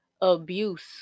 abuse